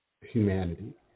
humanity